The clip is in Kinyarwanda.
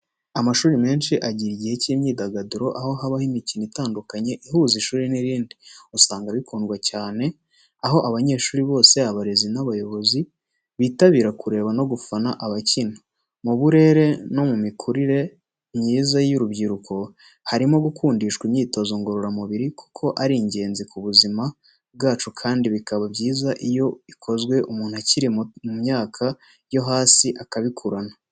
Amashuri menshi agira igihe cy’imyidagaduro, aho habaho imikino itandukanye ihuza ishuri n’irindi. Usanga bikundwa cyane, aho abanyeshuri bose, abarezi n’abayobozi bitabira kureba no gufana abakina. Mu burere no mu mikurire myiza y’urubyiruko harimo gukundishwa imyitozo ngororamubiri, kuko ari ingenzi ku buzima bwacu kandi bikaba byiza iyo ikozwe umuntu akiri mu myaka yo hasi akabikurana.